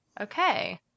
Okay